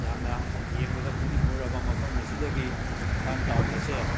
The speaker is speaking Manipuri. ꯌꯥꯝꯅ ꯐ ꯌꯦꯡꯕꯗ ꯄꯨꯛꯅꯤꯡ ꯍꯨꯔꯕ ꯃꯐꯝ ꯑꯁꯤꯗꯒꯤ ꯏꯝꯐꯥꯟ ꯇꯥꯎꯜ ꯑꯁꯦ